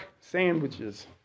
sandwiches